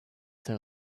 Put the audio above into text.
their